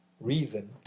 reason